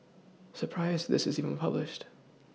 surprised this is even published